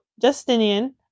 Justinian